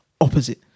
opposite